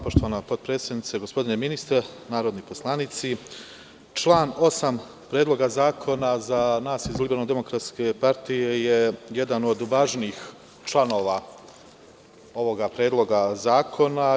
Poštovana potpredsednice, gospodine ministre, narodni poslanici, član 8. Predloga zakona za nas i LDP je jedan od važnijih članova ovog Predloga zakona.